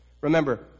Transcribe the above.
Remember